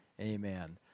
amen